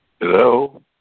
Hello